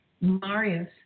Marius